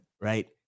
right